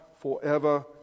forever